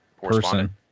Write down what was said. person